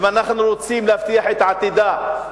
ואם אנחנו רוצים להבטיח את עתידה,